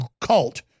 cult